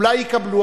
אולי יקבלו,